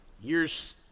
years